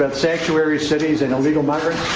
and sanctuary cities and illegal migrants